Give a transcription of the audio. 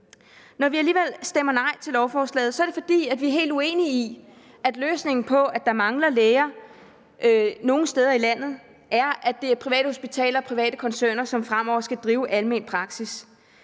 Når vi alligevel stemmer nej til lovforslaget, er det, fordi vi er helt uenige i, at løsningen på, at der mangler læger nogle steder i landet, er, at det er private hospitaler og koncerner, som fremover skal drive almen praksis.